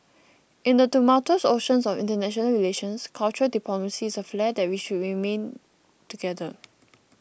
in the tumultuous ocean of international relations cultural diplomacy is a flare that we should main together